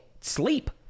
sleep